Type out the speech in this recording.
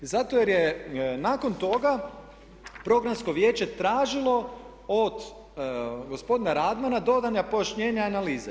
Zato jer je nakon toga programsko vijeće tražilo od gospodina Radmana dodatna pojašnjenja i analize.